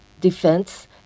defense